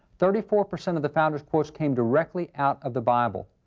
thirty-four percent of the founders' quotes came directly out of the bible.